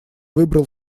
выбрал